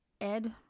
Ed